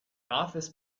office